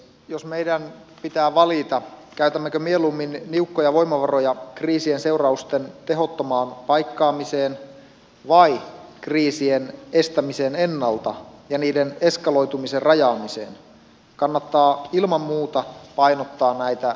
jos meidän pitää valita käytämmekö niukkoja voimavaroja mieluummin kriisien seurausten tehottomaan paikkaamiseen vai kriisien estämiseen ennalta ja niiden eskaloitumisen rajaamiseen kannattaa ilman muuta painottaa näitä jälkimmäisiä vaihtoehtoja